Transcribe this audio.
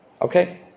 Okay